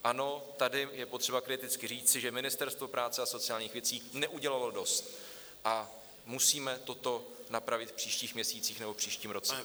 Ano, tady je potřeba kriticky říci, že Ministerstvo práce a sociálních věcí neudělalo dost a musíme toto napravit v příštích měsících nebo v příštím roce.